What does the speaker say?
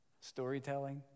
storytelling